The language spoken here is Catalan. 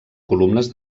columnes